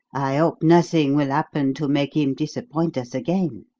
i hope nothing will happen to make him disappoint us again.